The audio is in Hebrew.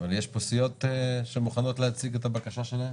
יש פה נציגי סיעות שמוכנים להציג את הבקשה שלהן?